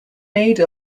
made